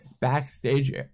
backstage